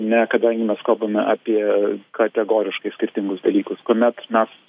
ne kadangi mes kalbame apie kategoriškai skirtingus dalykus kuomet mes